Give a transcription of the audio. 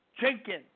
Jenkins